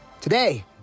today